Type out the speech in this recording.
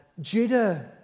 Judah